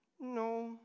no